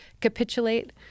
capitulate